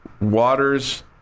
waters